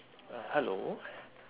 ah hello